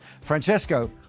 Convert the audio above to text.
Francesco